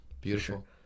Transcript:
Beautiful